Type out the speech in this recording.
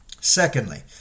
Secondly